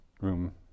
room